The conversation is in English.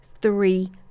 three